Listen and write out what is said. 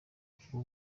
ubwo